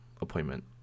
appointment